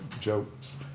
jokes